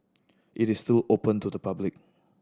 it is still open to the public